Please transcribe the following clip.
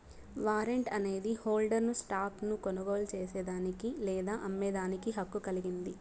warrant అనేది హోల్డర్ను stock ను కొనుగోలు చేసేదానికి లేదా అమ్మేదానికి హక్కు కలిగింది